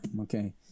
okay